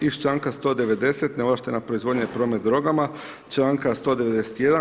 Iz članka 190. neovlaštena proizvodnja i promet drogama, članka 191.